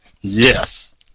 Yes